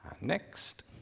next